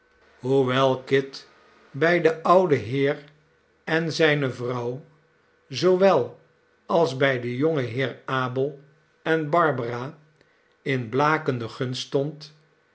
hoewel kit bij den ouden heer en zijne vrouw zoowel als bij den jongen heer abel en barbara in blakende gunst stond